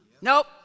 Nope